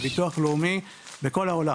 בביטוח לאומי ובכל העולם.